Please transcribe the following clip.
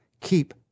Keep